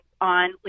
on